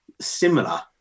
similar